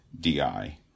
DI